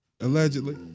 Allegedly